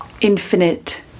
Infinite